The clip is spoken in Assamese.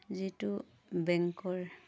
যিটো বেংকৰ